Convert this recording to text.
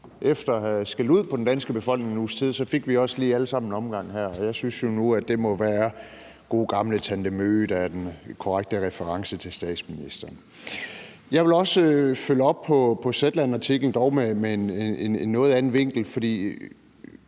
efter at have skældt ud på den danske befolkning en uges tid fik vi også lige alle sammen en omgang her. Jeg synes jo nu, at det må være gode gamle tante Møhge, der er den korrekte reference til statsministeren. Jeg vil også følge op på Zetland-artiklen, dog med en noget anden vinkel. Jeg